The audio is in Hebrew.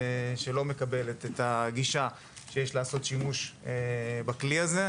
שלא מקבלת את הגישה שיש לעשות שימוש בכלי הזה.